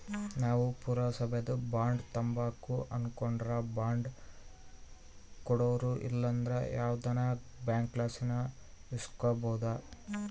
ನಾವು ಪುರಸಬೇದು ಬಾಂಡ್ ತಾಂಬಕು ಅನಕಂಡ್ರ ಬಾಂಡ್ ಕೊಡೋರು ಇಲ್ಲಂದ್ರ ಯಾವ್ದನ ಬ್ಯಾಂಕ್ಲಾಸಿ ಇಸ್ಕಬೋದು